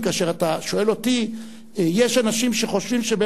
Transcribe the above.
קואליציה אשר ביקשו לדון בנושאים שונים,